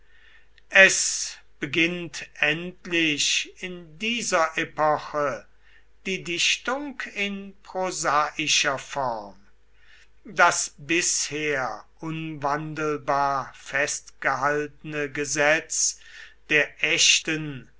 es beginnt endlich in dieser epoche die dichtung in prosaischer form das bisher unwandelbar festgehaltene gesetz der echten